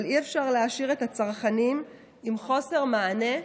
אבל אי-אפשר להשאיר את הצרכנים עם חוסר מענה,